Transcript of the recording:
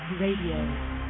RADIO